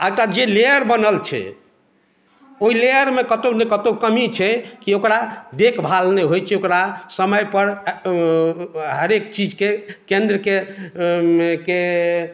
आ एकटा जे लेयर बनल छै ओहि लेयरमे कतहुँ ने कतहुँ कमी छै कि ओकरा देखभाल नहि होइत छै ओकरा समय पर हरेक चीजके केन्द्रके के